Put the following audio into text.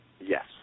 Yes